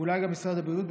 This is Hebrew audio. אולי גם משרד הבריאות,